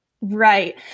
Right